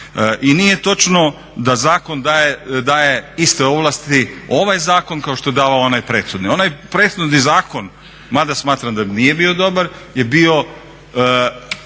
I nije točno da zakon daje iste ovlasti ovaj zakon kao što je davao onaj prethodni. Onaj prethodni zakon, mada smatram da nije bio dobar, je bio